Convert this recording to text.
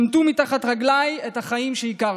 שמטו מתחת רגליי את החיים שהכרתי.